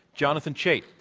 jonathan chait.